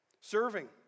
Serving